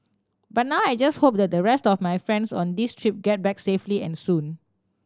but now I just hope that the rest of my friends on this trip get back safely and soon